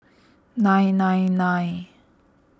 nine nine nine